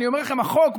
אני אומר לכם: החוק,